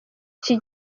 iki